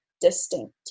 distinct